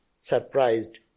Surprised